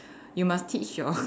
you must teach your